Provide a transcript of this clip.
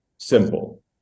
simple